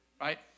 right